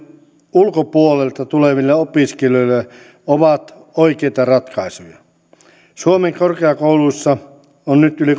ulkopuolelta tuleville opiskelijoille ovat oikeita ratkaisuja suomen korkeakouluissa on nyt yli